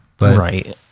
Right